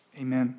amen